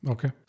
Okay